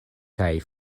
kaj